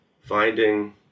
finding